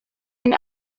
and